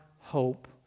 hope